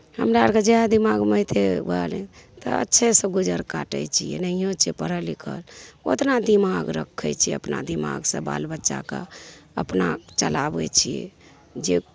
हमरा आओरके जएह दिमागमे अएतै वएह ने तऽ अच्छेसे गुजर काटै छिए नहिओँ छिए पढ़ल लिखल ओतना दिमाग रखै छिए अपना दिमागसे बाल बच्चाकेँ अपना चलाबै छिए जे